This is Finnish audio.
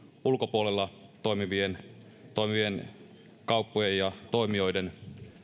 ulkopuolella toimivien toimivien kauppojen ja toimijoiden